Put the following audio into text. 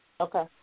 Okay